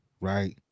right